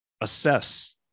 assess